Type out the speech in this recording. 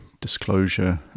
Disclosure